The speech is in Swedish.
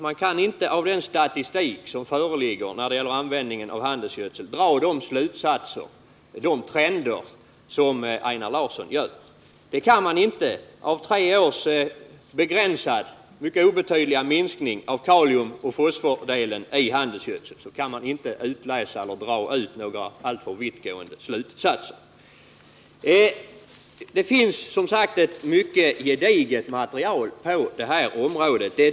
Man kan inte av den statistik som föreligger beträffande användningen av handelsgödsel dra de slutsatser som Einar Larsson gör. Av tre års mycket obetydliga minskning av kaliumoch fosfordelen i handelsgödsel kan man inte utläsa några alltför vittgående slutsatser. Det finns som sagt ett mycket gediget material på detta område.